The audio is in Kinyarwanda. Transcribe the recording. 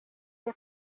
rye